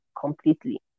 completely